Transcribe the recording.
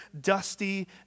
dusty